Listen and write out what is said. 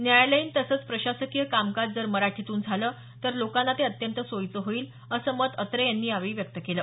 न्यायालयीन तसंच प्रशासकीय कामकाज जर मराठीतून झालं तर लोकांना ते अत्यंत सोयीचं होईल असं मत अत्रे यांनी यावेळी व्यक्त केलं